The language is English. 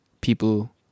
people